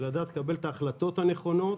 ולדעת לקבל את ההחלטות הנכונות.